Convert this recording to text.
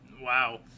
Wow